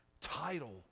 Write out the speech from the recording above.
title